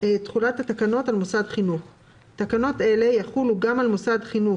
תחולת התקנות על מוסד חינוך 12. תקנות אלה יחולו גם על מוסד חינוך